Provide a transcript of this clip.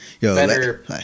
better